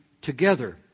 together